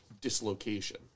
dislocation